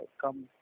come